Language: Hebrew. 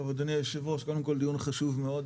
טוב, אדוני היושב ראש, קודם כל דיון חשוב מאוד.